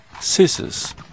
scissors